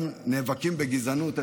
אם נאבקים בגזענות,